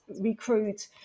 recruit